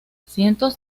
cientos